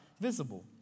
visible